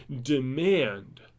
demand